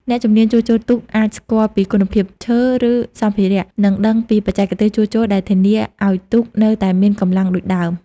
អ្នកជំនាញជួសជុលទូកអាចស្គាល់ពីគុណភាពឈើ ឬសម្ភារៈ និងដឹងពីបច្ចេកទេសជួសជុលដែលធានាឲ្យទូកនៅតែមានកម្លាំងដូចដើម។